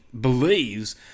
believes